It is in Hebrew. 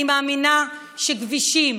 אני מאמינה שכבישים,